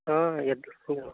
ఎంత్